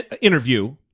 interview